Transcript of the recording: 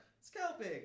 scalping